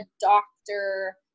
doctor